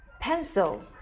pencil